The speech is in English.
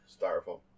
styrofoam